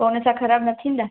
पो हिनसां ख़राबु न थींदा